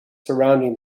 surrounding